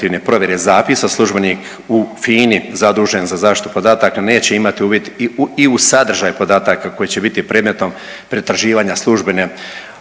provjere zapisa službenik u FINA-i zadužen za zaštitu podataka neće imati uvid i u sadržaj podataka koji će biti predmetom pretraživanja službene